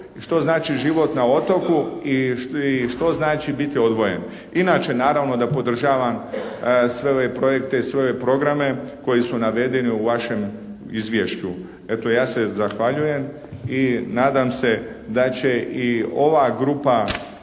što znači život na otoku i što znači biti odvojen. Inače, naravno, da podržavam sve ove projekte, sve ove programe koji su navedeni u vašem izvješću. Eto, ja se zahvaljujem i nadam se da će i ova grupa